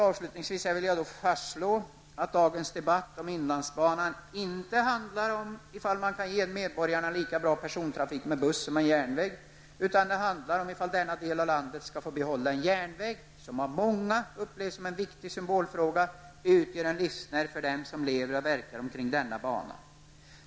Avslutningsvis vill jag fastslå att dagens debatt om inlandsbanan inte handlar om huruvida man kan ge medborgarna en lika bra persontrafik med buss som med järnväg, utan att det handlar om huruvida denna del av landet skall få behålla en järnväg som av många upplevs som en viktig symbolfråga och utgör en livsnerv för dem som lever och verkar kring denna bana.